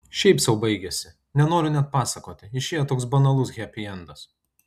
šiaip sau baigėsi nenoriu net pasakoti išėjo toks banalus hepiendas